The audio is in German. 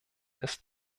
ist